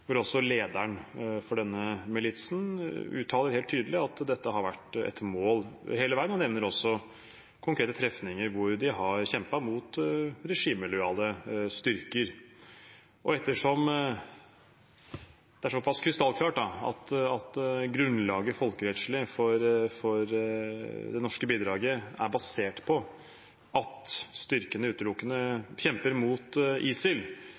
hvor også lederen for denne militsen uttaler helt tydelig at dette har vært et mål hele veien. Han nevner også konkrete trefninger hvor de har kjempet mot regimelojale styrker. Ettersom det er såpass krystallklart at grunnlaget folkerettslig for det norske bidraget er basert på at styrkene utelukkende kjemper mot ISIL,